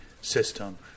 system